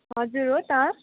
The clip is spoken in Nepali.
हजुर हो त